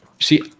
see